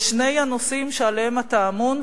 בשני הנושאים שעליהם אתה אמון,